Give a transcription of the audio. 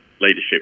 leadership